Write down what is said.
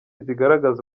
zigaragaza